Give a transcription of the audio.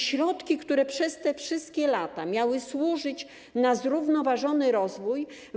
Środki, które przez te wszystkie lata miały służyć zrównoważonemu rozwojowi.